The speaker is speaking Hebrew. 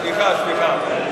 סליחה, סליחה.